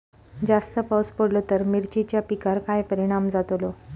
जास्त पाऊस पडलो तर मिरचीच्या पिकार काय परणाम जतालो?